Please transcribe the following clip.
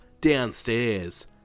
Downstairs